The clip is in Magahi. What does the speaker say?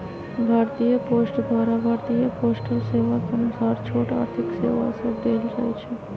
भारतीय पोस्ट द्वारा भारतीय पोस्टल सेवा के अनुसार छोट आर्थिक सेवा सभ देल जाइ छइ